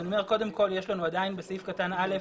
קודם כל יש לנו עדיין בסעיף קטן (א)